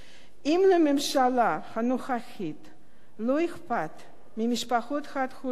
אם לממשלה הנוכחית לא אכפת ממשפחות חד-הוריות,